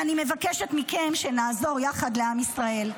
ואני מבקשת מכם שנעזור יחד לעם ישראל.